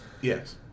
Yes